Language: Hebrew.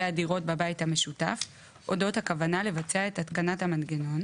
הדירות בבית המשותף אודות הכוונה לבצע את התקנת המנגנון